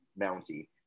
Mountie